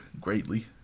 greatly